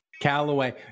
Callaway